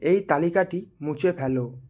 এই তালিকাটি মুছে ফেলো